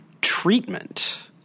treatment